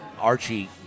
Archie